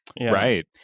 Right